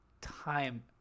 time